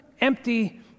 empty